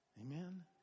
Amen